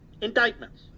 indictments